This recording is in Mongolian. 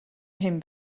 хэн